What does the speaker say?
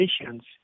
patients